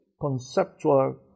conceptual